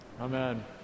Amen